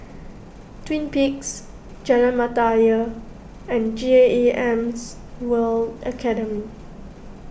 Twin Peaks Jalan Mata Ayer and GAEMs World Academy